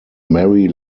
mary